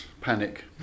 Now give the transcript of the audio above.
panic